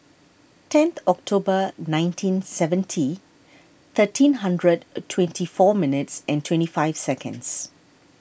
ten October nineteen seventy thirteen hundred twenty four minutes twenty five seconds